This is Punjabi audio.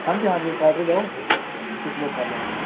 ਹਾਂਜੀ ਹਾਂਜੀ ਸੈਟਰਡੇ ਜਾਓ ਟਿਕਟ ਬੁੱਕ ਕਰ ਲਓ ਆਪਣੀ